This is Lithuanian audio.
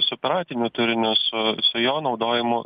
su piratiniu turiniu su su jo naudojimu